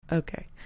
Okay